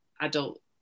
adult